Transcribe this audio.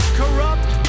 corrupt